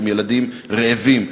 הם ילדים רעבים,